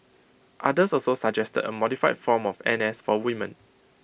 others also suggested A modified form of N S for women